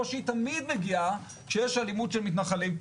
שתמיד היא מגיעה כשיש אלימות של מתנחלים.